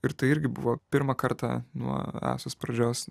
ir tai irgi buvo pirmą kartą nuo easos pradžios